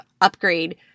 upgrade